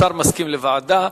השר מסכים לוועדה.